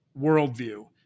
worldview